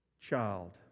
child